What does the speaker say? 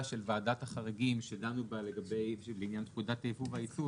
של ועדת החריגים שדנו בה לעניין פקודת היבוא והיצוא,